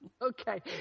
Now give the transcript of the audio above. Okay